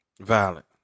Violent